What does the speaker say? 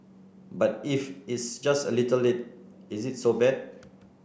but if it's just a little late is it so bad